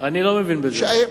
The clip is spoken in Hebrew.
אני לא מבין בזה.